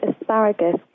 asparagus